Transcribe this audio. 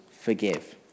forgive